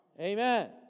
Amen